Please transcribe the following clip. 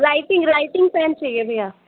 writing writing pen चाहिए भैया